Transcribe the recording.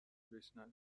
بشنوی